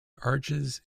arches